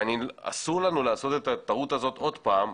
אסור לנו לעשות את הטעות הזאת עוד פעם,